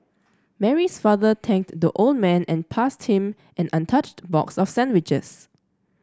Mary's father tanked the old man and passed him an untouched box of sandwiches